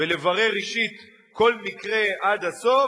ולברר אישית כל מקרה עד הסוף,